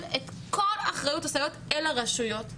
את כל אחריות הסייעות אל הרשויות.